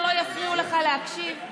שלא יפריעו לך להקשיב,